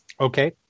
Okay